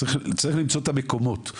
צריך למצוא את המקומות.